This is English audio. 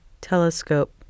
telescope